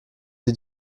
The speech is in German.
sie